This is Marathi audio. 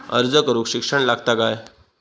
अर्ज करूक शिक्षण लागता काय?